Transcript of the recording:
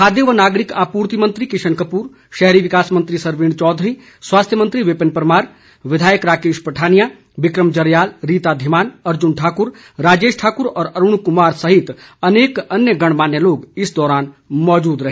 खाद्य व नागरिक आपूर्ति मंत्री किशन कपूर शहरी विकास मंत्री सरवीण चौधरी स्वास्थ्य मंत्री विपिन परमार विधायक राकेश पठानिया विक्रम जरयाल रीता धीमान अर्जुन ठाकुर राजेश ठाकुर व अरूण कुमार सहित अनेक अन्य गणमान्य लोग इस दौरान मौजूद रहे